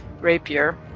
rapier